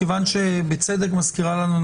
בצדק מזכירה לנו,